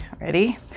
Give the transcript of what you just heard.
ready